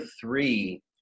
three